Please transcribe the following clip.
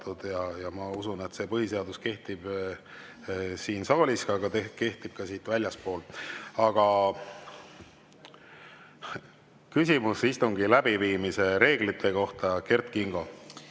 ja ma usun, et põhiseadus kehtib siin saalis, aga kehtib ka siit väljaspool. Aga küsimus istungi läbiviimise reeglite kohta, Kert Kingo.